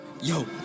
Yo